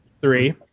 three